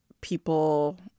people